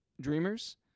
Dreamers